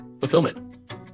fulfillment